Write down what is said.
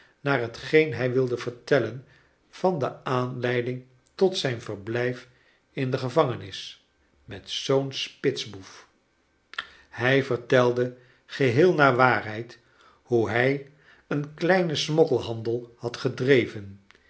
naar hetgeen hij wilde vertellen van de aanleiding tot zijn verblijf in de gevangenis met zoo'n spits boef hij vertelde geheel naar waarheid hoe hij een kleinen smokkelhandel had gedreven